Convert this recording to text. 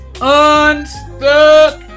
Unstuck